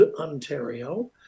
Ontario